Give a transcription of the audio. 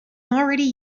already